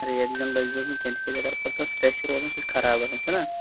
rexine لٲگۍزِہوس نہٕ کیٚنہہ تِکیٛازِ اگر پَتہٕ سرٛیٚہہ چھُ روزان سُہ چھُ خراب گژھان چھُنا